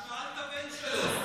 הוא שאל את הבן שלו.